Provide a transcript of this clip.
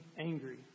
angry